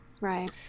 Right